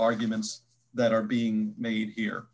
arguments that are being made here